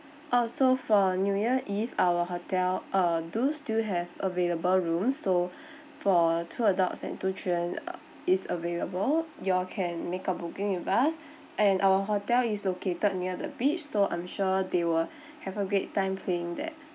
orh so for new year eve our hotel uh do still have available rooms so for two adults and two children uh is available you all can make a booking with us and our hotel is located near the beach so I'm sure they will have a great time playing there